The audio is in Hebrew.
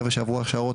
חבר'ה שעברו הכשרות,